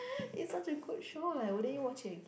it's such a good show like wouldn't you watch it